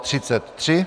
33.